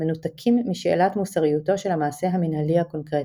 מנותקים משאלת מוסריותו של המעשה המינהלי הקונקרטי.